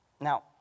Now